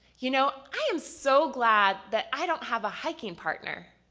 you know, i am so glad that i don't have a hiking partner.